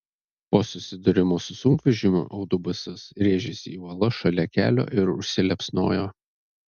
po susidūrimo su sunkvežimiu autobusas rėžėsi į uolas šalia kelio ir užsiliepsnojo